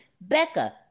Becca